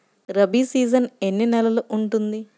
Rabi season ఎన్ని నెలలు ఉంటుంది?